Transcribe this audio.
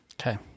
okay